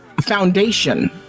foundation